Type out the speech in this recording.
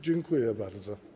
Dziękuję bardzo.